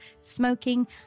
smoking